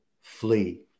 flee